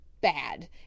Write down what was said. bad